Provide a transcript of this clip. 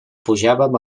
pujàvem